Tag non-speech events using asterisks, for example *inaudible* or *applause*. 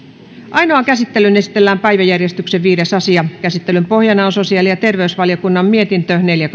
ainoaan käsittelyyn esitellään päiväjärjestyksen viides asia käsittelyn pohjana on sosiaali ja terveysvaliokunnan mietintö neljä *unintelligible*